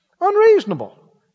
Unreasonable